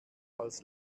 als